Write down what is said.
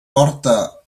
porta